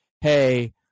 hey